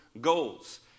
goals